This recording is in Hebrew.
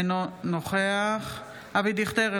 אינו נוכח אבי דיכטר,